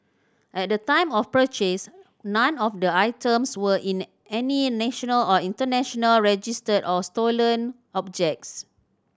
at the time of purchase none of the items were in any national or international register of stolen objects